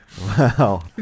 Wow